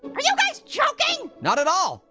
are you guys joking? not at all,